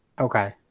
Okay